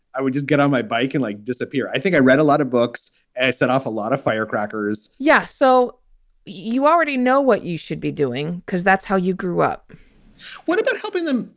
i would just get on my bike and, like, disappear. i think i read a lot of books and set off a lot of firecrackers yes. so you already know what you should be doing because that's how you grew up what about helping them,